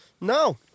No